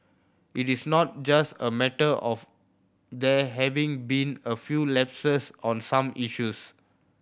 it is not just a matter of there having been a few lapses on some issues